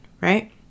right